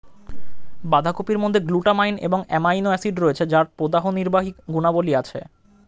বাঁধাকপির মধ্যে গ্লুটামাইন এবং অ্যামাইনো অ্যাসিড রয়েছে যার প্রদাহনির্বাহী গুণাবলী আছে